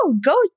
go